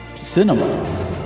Cinema